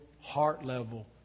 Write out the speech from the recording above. heart-level